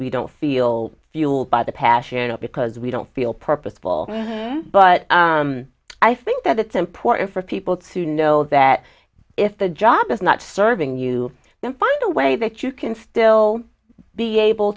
we don't feel fueled by the passion or because we don't feel purposeful but i think that it's important for people to know that if the job is not serving you then find a way that you can still be able